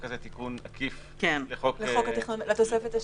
הזה תיקון עקיף -- לתוספת השלישית.